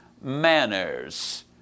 manners